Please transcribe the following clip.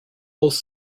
both